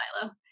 SILO